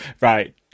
Right